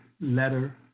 letter